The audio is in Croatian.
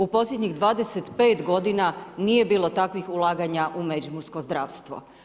U posljednjih 25 g. nije bilo takvih ulaganja u međimursko zdravstvo.